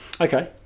okay